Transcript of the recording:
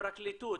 הפרקליטות,